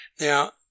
Now